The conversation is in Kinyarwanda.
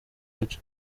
gace